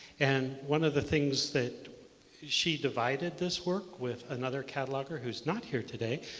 and one of the things that she divided this work with another cataloger who's not here today,